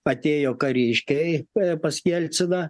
atėjo kariškiai p pas jelciną